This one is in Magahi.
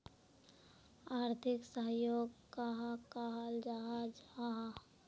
आर्थिक सहयोग कहाक कहाल जाहा जाहा?